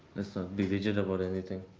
be rigid about anything.